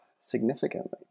significantly